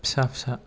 फिसा फिसा